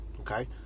okay